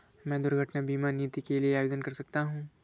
क्या मैं दुर्घटना बीमा नीति के लिए आवेदन कर सकता हूँ?